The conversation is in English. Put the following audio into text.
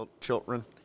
children